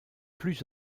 plus